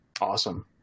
awesome